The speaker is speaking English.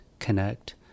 connect